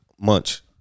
Munch